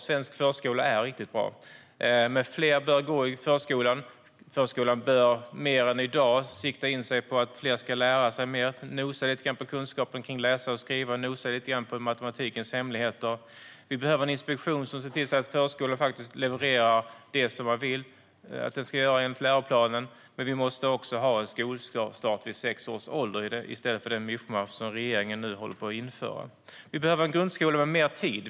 Svensk förskola är riktigt bra, men fler bör gå i förskolan. Förskolan bör mer än i dag sikta in sig på att fler ska lära sig mer och få nosa lite grann på kunskaper i att läsa och skriva och på matematikens hemligheter. Vi behöver en inspektion som ser till att förskolan levererar det som man vill att den ska göra enligt läroplanen. Men vi måste också ha en skolstart vid sex års ålder, i stället för det mischmasch som regeringen nu håller på att införa. Vi behöver en grundskola med mer tid.